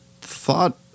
thought